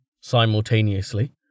Simultaneously